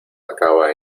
acaba